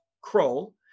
Kroll